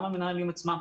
גם המנהלים עצמם,